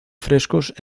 frescos